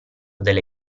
delle